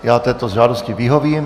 Já této žádosti vyhovím.